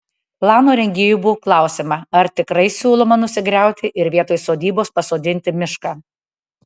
plano rengėjų buvo klausiama ar tikrai siūloma nusigriauti ir vietoj sodybos pasodinti mišką